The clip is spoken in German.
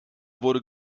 wurde